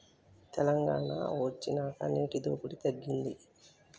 తెలంగాణ వొచ్చినాక నీటి దోపిడి తగ్గింది